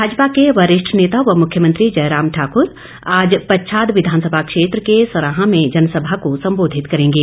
भाजपा के वरिष्ठ नेता व मुख्यमंत्री जयराम ठाक्र आज पच्छाद विधानसभा क्षेत्र के सराहां में जनसभा को सम्बोधित करेंगे